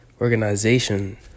organization